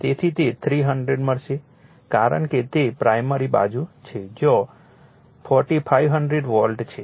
તેથી તે 300 મળશે કારણ કે તે પ્રાઇમરી બાજુ છે જ્યાં 4500 વોલ્ટ છે